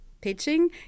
pitching